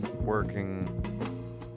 working